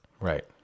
Right